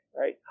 right